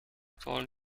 told